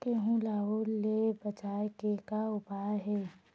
गेहूं ला ओल ले बचाए के का उपाय हे?